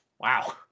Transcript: wow